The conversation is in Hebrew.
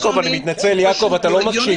יעקב, אני מתנצל, אתה לא מקשיב.